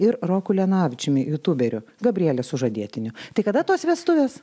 ir roku leonavičiumi jutūberiu gabrielės sužadėtiniu tai kada tos vestuvės